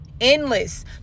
Endless